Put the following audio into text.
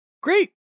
Great